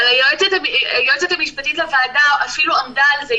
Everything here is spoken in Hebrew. אבל היועצת המשפטית לוועדה אפילו עמדה על זה,